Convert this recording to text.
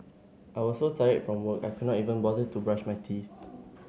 I was so tired from work I could not even bother to brush my teeth